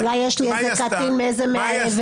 אולי יש לי איזה קטין מאיזה מאהבת?